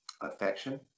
affection